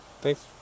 thanks